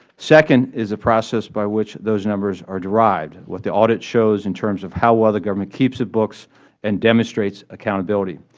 second is a process by which those numbers are derived, what the audit shows in terms of how well the government keeps the books and demonstrates accountability.